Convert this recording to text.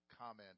comment